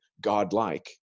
godlike